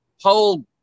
whole